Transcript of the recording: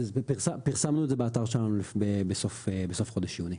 אז פרסמנו את זה באתר שלנו בסוף חודש יוני.